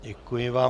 Děkuji vám.